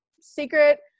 secret